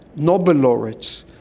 nobel laureates,